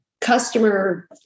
customer